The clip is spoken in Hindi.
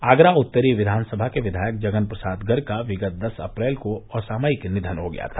आगरा उत्तर विधानसभा के विधायक जगन प्रसाद गर्ग का विगत दस अप्रैल को असामयिक निधन हो गया था